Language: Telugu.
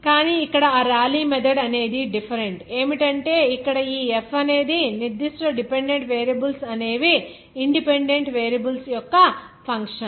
కానీ ఇక్కడ ఆ రేలీ మెథడ్ అనేది డిఫెరెంట్ ఏమిటంటే ఇక్కడ ఈ f అనేది నిర్దిష్ట డిపెండెంట్ వేరియబుల్స్ అనేవి ఇన్ డిపెండెంట్ వేరియబుల్స్ యొక్క ఫంక్షన్